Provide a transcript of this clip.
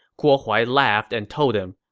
guo huai laughed and told him,